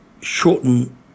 Shorten